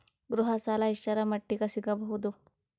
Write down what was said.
ಗೃಹ ಸಾಲ ಎಷ್ಟರ ಮಟ್ಟಿಗ ಸಿಗಬಹುದು?